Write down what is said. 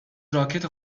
راکت